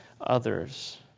others